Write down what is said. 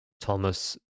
Thomas